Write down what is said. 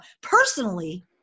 personally